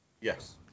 Yes